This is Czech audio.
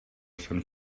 jsem